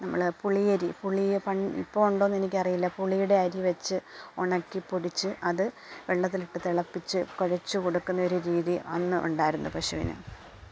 നമ്മള് പുളിയരി പുളി ഇപ്പോഴുണ്ടോന്ന് എനിക്കറിയില്ല പുളിയുടെ അരി വെച്ച് ഉണക്കിപ്പൊടിച്ച് അത് വെള്ളത്തിലിട്ട് തിളപ്പിച്ച് കെുഴച്ചു കൊടുക്കുന്ന ഒരു രീതി അന്ന് ഉണ്ടായിരുന്നു പശുവിന്